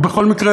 ובכל מקרה,